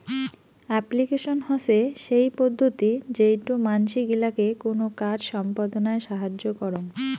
application হসে সেই পদ্ধতি যেইটো মানসি গিলাকে কোনো কাজ সম্পদনায় সাহায্য করং